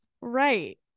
Right